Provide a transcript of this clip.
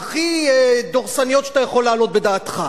הכי דורסניות שאתה יכול להעלות בדעתך.